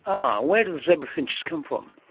um where do the zebra finches come from?